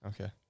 Okay